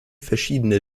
verschiedene